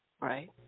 right